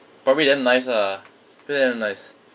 probably damn nice ah confirm damn nice